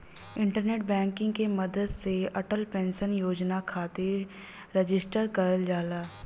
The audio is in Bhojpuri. इंटरनेट बैंकिंग के मदद से अटल पेंशन योजना खातिर रजिस्टर करल जाला